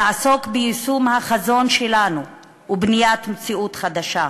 לעסוק ביישום החזון שלנו ובבניית מציאות חדשה,